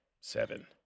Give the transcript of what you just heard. Seven